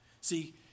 See